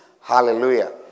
Hallelujah